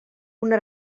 una